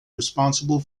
responsible